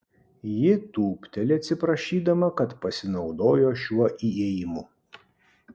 ji tūpteli atsiprašydama kad pasinaudojo šiuo įėjimu